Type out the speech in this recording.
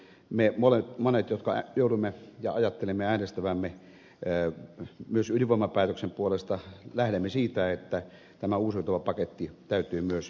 me monet jotka joudumme ja ajattelemme äänestävämme myös ydinvoimapäätöksen puolesta lähdemme siitä että tämä uusiutuva paketti täytyy myös toteuttaa